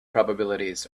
probabilities